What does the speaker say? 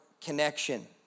connection